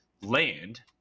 land